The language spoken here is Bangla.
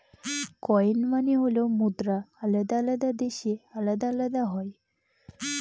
কয়েন মানে হল মুদ্রা আলাদা আলাদা দেশে আলাদা আলাদা হয়